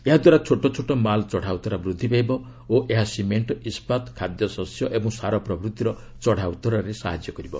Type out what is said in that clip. ଏହାଦ୍ୱାରା ଛୋଟଛୋଟ ମାଲ ଚଢ଼ା ଉତ୍ତରା ବୃଦ୍ଧି ପାଇବ ଓ ଏହା ସିମେଣ୍ଟ ଇସ୍କାତ ଖାଦ୍ୟଶସ୍ୟ ଏବଂ ସାର ପ୍ରଭୂତିର ଚଢ଼ା ଉତ୍ତରାରେ ସହାୟତା କରିବ